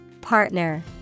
Partner